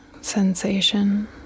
sensation